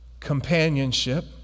Companionship